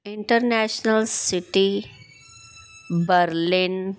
international city Berlin